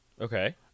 Okay